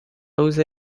jose